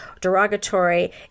derogatory